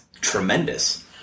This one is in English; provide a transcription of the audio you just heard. tremendous